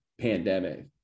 pandemic